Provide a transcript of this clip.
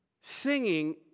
singing